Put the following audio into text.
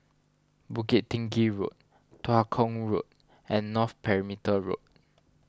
Bukit Tinggi Road Tua Kong Road and North Perimeter Road